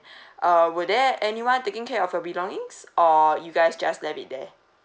uh were there anyone taking care of your belongings or you guys just left it there